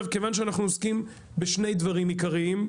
כיוון שאנחנו עוסקים בשני דברים עיקריים: